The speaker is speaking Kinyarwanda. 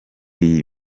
iyi